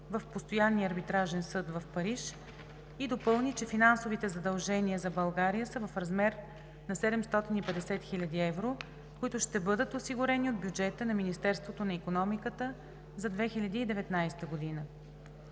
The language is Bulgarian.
в Постоянния арбитражен съд в Париж и допълни, че финансовите задължения за България са в размер на 750 000 евро, които ще бъдат осигурени от бюджета на Министерството на икономиката за 2019 г.